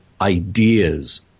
ideas